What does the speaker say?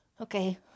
Okay